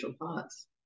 parts